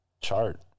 chart